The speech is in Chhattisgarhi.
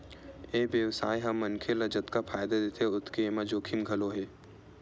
ए बेवसाय ह मनखे ल जतका फायदा देथे ओतके एमा जोखिम घलो हे